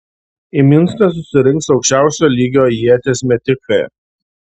į minską susirinks aukščiausio lygio ieties metikai